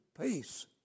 peace